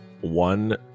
One